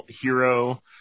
hero